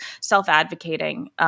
self-advocating